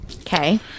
Okay